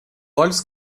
olhos